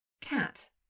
Cat